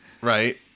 Right